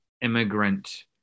immigrant